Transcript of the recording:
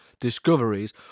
discoveries